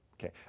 Okay